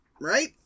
Right